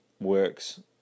works